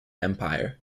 empire